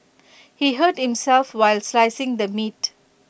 he hurt himself while slicing the meat